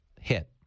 hit